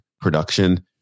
production